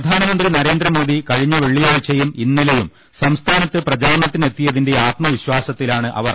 പ്രധാനമന്ത്രി നരേന്ദ്രമോദി കഴിഞ്ഞ വെള്ളിയാ ഴ്ചയും ഇന്നലെയും സംസ്ഥാനത്ത് പ്രചാരണത്തിന് എത്തിയ തിന്റെ ആത്മവിശ്വാസത്തിലാണ് അവർ